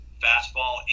fastball